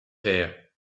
here